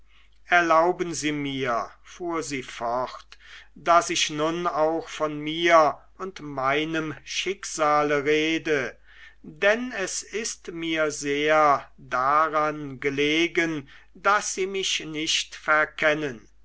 erlauben sie mir fuhr sie fort daß ich nun auch von mir und meinem schicksale rede denn es ist mir sehr daran gelegen daß sie mich nicht verkennen